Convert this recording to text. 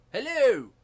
Hello